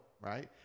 right